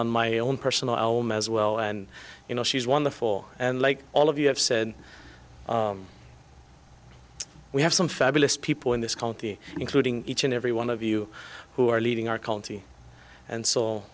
on my own personal album as well and you know she's wonderful and like all of you have said we have some fabulous people in this county including each and every one of you who are leading our county and s